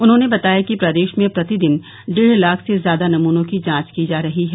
उन्होंने बताया कि प्रदेश में प्रतिदिन डेढ़ लाख से ज्यादा नमूनों की जांच की जा रही है